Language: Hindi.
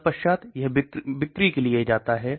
तत्पश्चात यह बिक्री के लिए जाता है